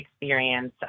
experience